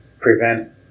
prevent